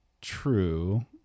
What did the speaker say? true